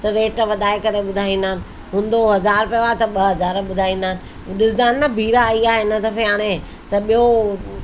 त रेट वधाए करे ॿुधाईंदा आहिनि हूंदो हज़ार रुपियो आहे त ॿ हज़ार ॿुधाईंदा आहिनि ॾिसंदा आहिनि भीड़ आई आहे हिन दफ़े हाणे त ॿियो